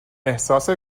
احساس